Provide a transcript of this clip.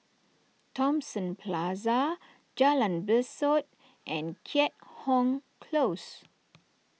Thomson Plaza Jalan Besut and Keat Hong Close